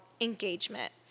engagement